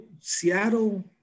Seattle